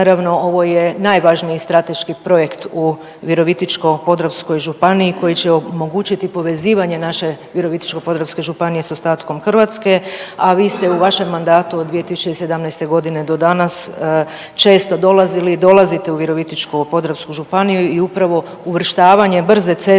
ovo je najvažniji strateški projekt u Virovitičko-podravskoj županiji koji će omogućiti povezivanje naše Virovitičko-podravske županije s ostatkom Hrvatske, a vi ste u vašem mandatu od 2017.g. do danas često dolazili i dolazite u Virovitičko-podravsku županiju i upravo uvrštavanje brze ceste